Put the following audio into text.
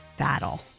battle